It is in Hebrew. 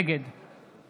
נגד